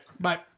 Bye